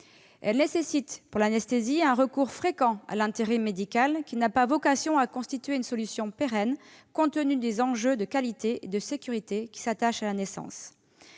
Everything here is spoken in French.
Elle nécessite, pour l'anesthésie, un recours fréquent à l'intérim médical, qui n'a pas vocation à constituer une solution pérenne, compte tenu des enjeux de qualité et de sécurité qui s'attachent à la naissance.